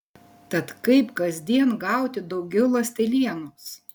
tad kaip kasdien gauti daugiau ląstelienos